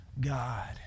God